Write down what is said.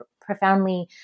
profoundly